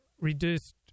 reduced